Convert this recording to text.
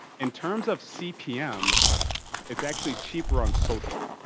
in terms of cpm it's actually cheaper on social.